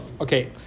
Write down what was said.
Okay